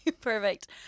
Perfect